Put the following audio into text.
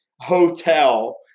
hotel